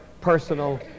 personal